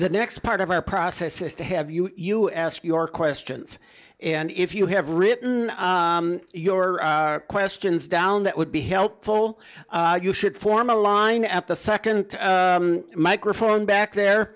the next part of our process is to have you you ask your questions and if you have written your questions down that would be helpful you should form a line at the second microphone back there